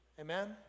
amen